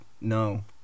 no